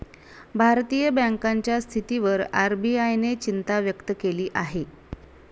भारतीय बँकांच्या स्थितीवर आर.बी.आय ने चिंता व्यक्त केली आहे